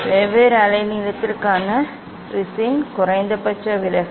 வெவ்வேறு அலைநீளத்திற்கான ப்ரிஸின் குறைந்தபட்ச விலகல்